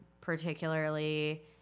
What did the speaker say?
particularly